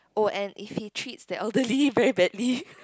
oh and if he treats the elderly very badly